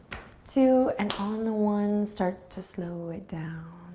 two, and on the one, start to slow it down,